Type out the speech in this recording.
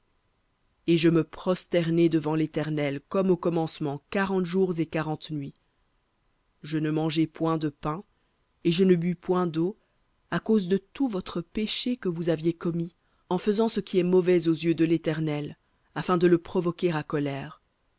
et je me prosternai devant l'éternel comme au commencement quarante jours et quarante nuits je ne mangeai point de pain et je ne bus point d'eau à cause de tout votre péché que vous aviez commis en faisant ce qui est mauvais aux yeux de l'éternel afin de le provoquer à colère